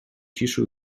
ciszy